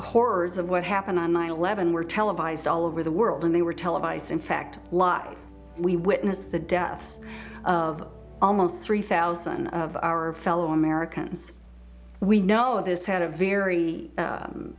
horrors of what happened on nine eleven were televised all over the world and they were televised in fact lot we witnessed the deaths of almost three thousand of our fellow americans we know this had a very